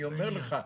אני אומר לך,